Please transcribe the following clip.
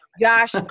Josh